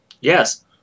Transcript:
Yes